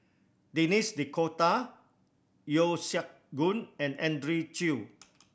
Denis D'Cotta Yeo Siak Goon and Andrew Chew